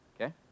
okay